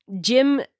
Jim